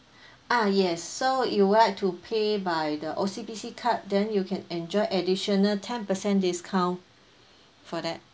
ah yes so you would like to pay by the O_C_B_C card then you can enjoy additional ten percent discount for that